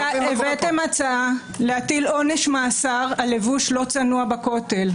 והבאתם הצעה להטיל עונש מאסר על לבוש לא צנוע בכותל.